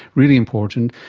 really important.